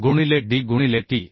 गुणिले d गुणिले t